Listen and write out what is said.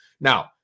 Now